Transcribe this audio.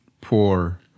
poor